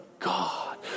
God